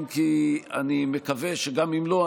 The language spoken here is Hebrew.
אם כי אני מקווה שגם אם לא,